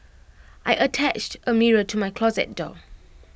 I attached A mirror to my closet door